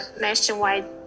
nationwide